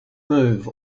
move